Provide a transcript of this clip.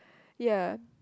ya